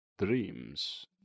dreams